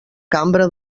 cambra